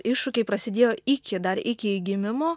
iššūkiai prasidėjo iki dar iki gimimo